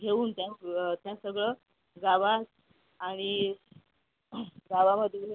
घेऊन त्या सगळं गावात आणि गांवामधील